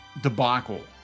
debacle